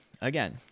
again